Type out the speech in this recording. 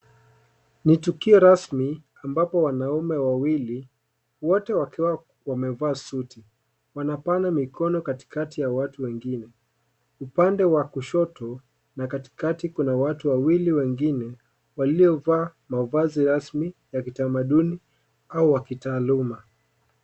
Ni tukio rasmi ambapo wanaume wawili wote wakiwa wamevaa suti, wanapana mikono katikati ya watu wengine. Upande wa kushoto na katikati kuna watu wawili wengine waliovaa mavazi rasmi ya kitamaduni au wakitaaluma.